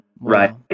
right